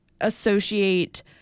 associate